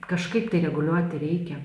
kažkaip reguliuoti reikia